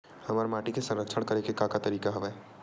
हमर माटी के संरक्षण करेके का का तरीका हवय?